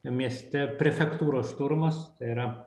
mieste prefektūros šturmas tai yra